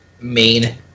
main